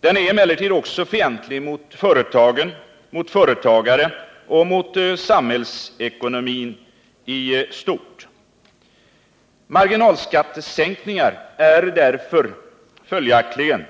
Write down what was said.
Den är emellertid också fientlig mot företagen, mot företagare och mot samhällsekonomin i stort. Marginalskattesänkningar är därför följaktligen